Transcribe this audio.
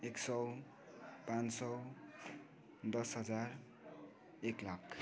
एक सौ पाँच सौ दस हजार एक लाख